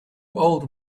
old